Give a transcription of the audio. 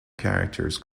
characters